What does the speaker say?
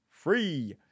free